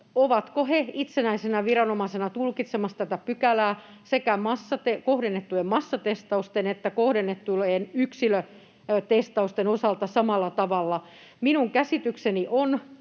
ovatko he itsenäisinä viranomaisina tulkitsemassa tätä pykälää sekä kohdennettujen massatestausten että kohdennettujen yksilötestausten osalta samalla tavalla. Minun käsitykseni on,